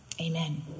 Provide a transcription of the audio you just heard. amen